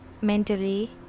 mentally